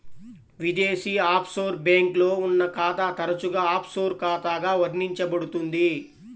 విదేశీ ఆఫ్షోర్ బ్యాంక్లో ఉన్న ఖాతా తరచుగా ఆఫ్షోర్ ఖాతాగా వర్ణించబడుతుంది